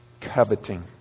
coveting